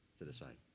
to decide.